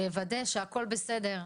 שיוודא שהכל בסדר.